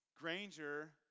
Granger